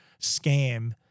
scam